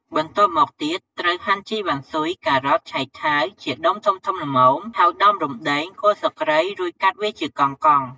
បន្ទាប់មកទៀតត្រូវហាន់ជីវ៉ាន់ស៊ុយ ការ៉ុត ឆៃថាវ ជាដុំធំៗល្មម ហើយដំរំដេង គល់ស្លឹកគ្រៃ រួចកាត់វាជាកង់ៗ។